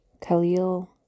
Khalil